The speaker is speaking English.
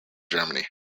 germany